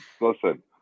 Listen